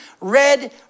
red